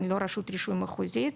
לא רשות רישוי מחוזית,